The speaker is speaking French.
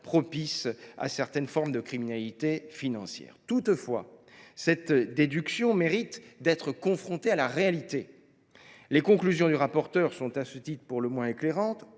de certaines formes de criminalité financière. Toutefois, cette déduction mérite d’être confrontée à la réalité des faits. Les conclusions du rapporteur sont à ce titre pour le moins éclairantes